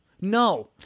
No